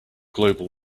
global